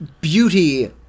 beauty